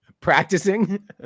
practicing